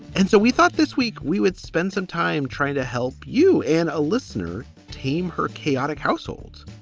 and so we thought this week we would spend some time trying to help you and a listener tame her chaotic household.